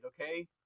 okay